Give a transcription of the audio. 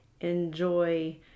enjoy